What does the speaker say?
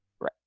Right